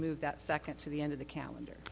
move that second to the end of the calendar